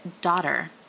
daughter